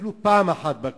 אפילו פעם אחת,